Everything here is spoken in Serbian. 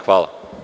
Hvala.